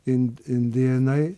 in indėnai